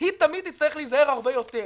היא תמיד תצטרך להיזהר הרבה יותר.